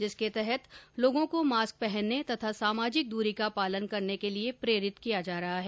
जिसके तहत लोगों को मास्क पहनने तथा सामाजिक दृरी का पालन करने के लिये प्रेरित किया जा रहा है